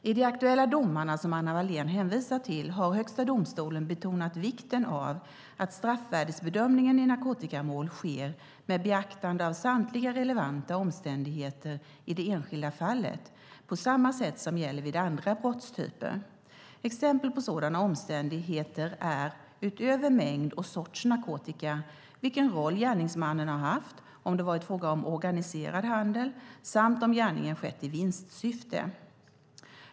I de aktuella domarna som Anna Wallén hänvisar till har Högsta domstolen betonat vikten av att straffvärdesbedömningen i narkotikamål sker med beaktande av samtliga relevanta omständigheter i det enskilda fallet, på samma sätt som gäller vid andra brottstyper. Exempel på sådana omständigheter är utöver mängd och sorts narkotika vilken roll gärningsmannen har haft, om det varit fråga om en organiserad handel samt om gärningen skett i vinstsyfte.